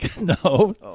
No